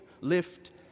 lift